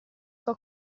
sua